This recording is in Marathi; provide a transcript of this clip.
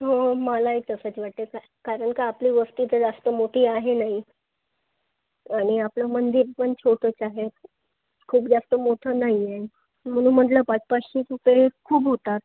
हो हो मलाही तसंच वाटतं आहे कारण का आपली वस्ती तर जास्त मोठी आहे नाही आणि आपलं मंदिर पण छोटंच आहे खूप जास्त मोठं नाही आहे म्हणून म्हटलं पाचपाचशे रुपये खूप होतात